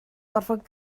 gorfod